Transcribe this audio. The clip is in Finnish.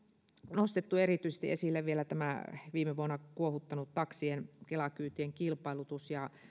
nostettu erityisesti esille vielä tämä viime vuonna kuohuttanut taksien kelakyytien kilpailutus ja